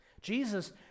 Jesus